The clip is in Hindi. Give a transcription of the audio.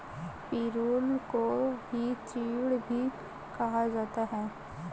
पिरुल को ही चीड़ भी कहा जाता है